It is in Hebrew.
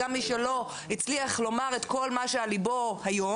גם מי שלא הצליח לומר את כל מה שעל ליבו היום,